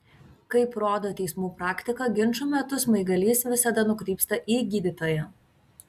kaip rodo teismų praktika ginčų metu smaigalys visada nukrypsta į gydytoją